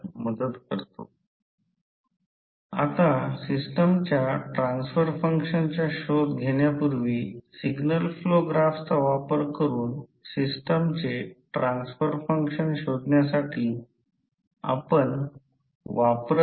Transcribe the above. तर तेथे उलट दिशेने काही मूल्य असेल जे H मूल्य असेल किंवा करंटची दिशा उलट करत आहे त्या वेळी हे मूल्य सापडेल ज्याला हे फ्लक्स डेन्सिटी म्हणतात हे मूल्य हळूहळू आणि हळू हळू 0 वर येत आहे